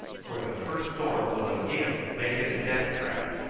for the first storm will again make it a death-trap.